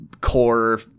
core